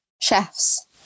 chefs